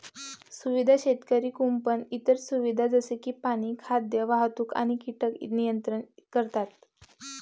सुविधा शेतकरी कुंपण इतर सुविधा जसे की पाणी, खाद्य, वाहतूक आणि कीटक नियंत्रण करतात